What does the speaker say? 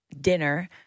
dinner